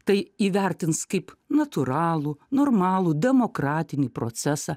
tai įvertins kaip natūralų normalų demokratinį procesą